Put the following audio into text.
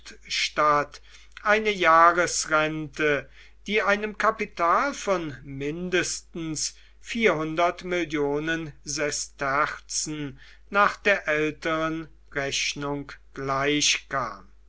eine jahresrente die einem kapital von mindestens sesterzen nach der älteren rechnung gleichkam